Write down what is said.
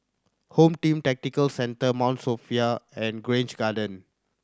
Home Team Tactical Centre Mount Sophia and Grange Garden